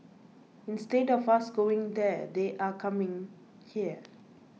instead of us going there they are coming here